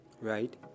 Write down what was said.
right